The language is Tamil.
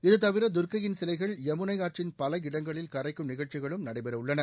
இது தவிர துர்கையின் சிலைகள் யமுனை ஆற்றின் பல இடங்களில் கரைக்கும் நிகழ்ச்சிகளும் நடைபெறவுள்ளன